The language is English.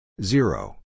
Zero